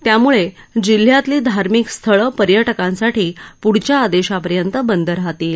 त्यामुळे जिल्ह्यातली धार्मिक स्थळ पर्यटकांसाठी प्ढच्या आदेशापर्यंत बंद राहतील